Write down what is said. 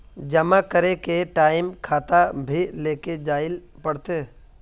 जमा करे के टाइम खाता भी लेके जाइल पड़ते?